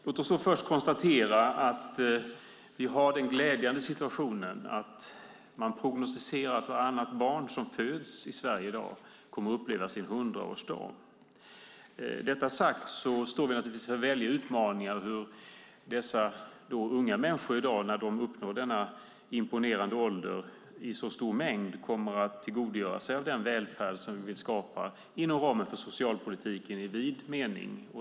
Låt oss till att börja med konstatera att vi har den glädjande situationen att man prognostiserat att vartannat barn som föds i Sverige i dag kommer att uppleva sin hundraårsdag. Med detta sagt står vi naturligtvis inför väldiga utmaningar beträffande hur dessa i dag unga människor, när de uppnår den imponerande åldern i så stor mängd, kommer att kunna tillgodogöra sig den välfärd som vi vill skapa inom ramen för socialpolitiken i vid mening.